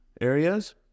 areas